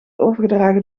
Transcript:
overgedragen